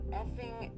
effing